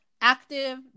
active